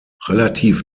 relativ